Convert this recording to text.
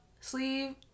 sleeve